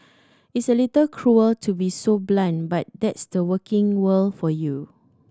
it's a little cruel to be so blunt but that's the working world for you